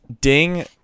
Ding